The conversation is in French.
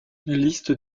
liste